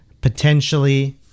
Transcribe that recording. potentially